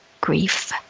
grief